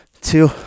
two